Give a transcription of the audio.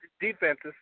defenses